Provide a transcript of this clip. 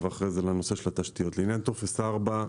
לעניין טופס 4,